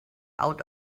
out